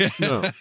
No